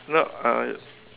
you know uh